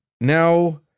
Now